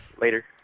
Later